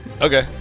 Okay